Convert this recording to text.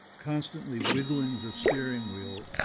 constantly wiggling the steering wheel,